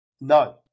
No